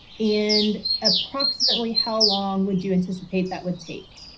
and approximately how long would you anticipate that would take?